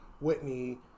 Whitney